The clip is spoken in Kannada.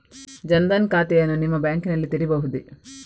ಜನ ದನ್ ಖಾತೆಯನ್ನು ನಿಮ್ಮ ಬ್ಯಾಂಕ್ ನಲ್ಲಿ ತೆರೆಯಬಹುದೇ?